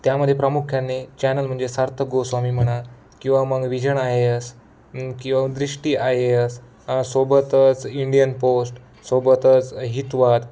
त्यामध्ये प्रामुख्याने चॅनल म्हणजे सार्थक गोस्वामी म्हणा किंवा मग विजण आय ए यस किंवा दृष्टी आय ए यस सोबतच इंडियन पोस्ट सोबतच हितवाद